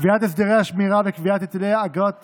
קביעת הסדרי השמירה וקביעת היטלי אגרות